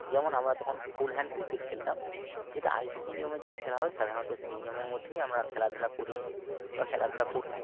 যেমন আমরা তখন ফুল হ্যান্ড ক্রিকেট খেলতাম যেটা আই সি সি নিয়মে যেই খেলা হয় সাধারণত সেই নিয়মের মধ্যেই আমরা খেলাধুলা করেছি বা খেলাধুলা করতাম